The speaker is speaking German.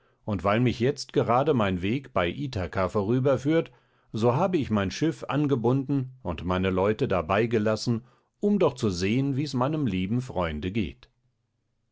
und weil mich jetzt gerade mein weg bei ithaka vorüberführt so habe ich mein schiff angebunden und meine leute dabei gelassen um doch zu sehen wie's meinem lieben freunde geht